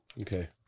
Okay